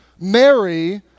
Mary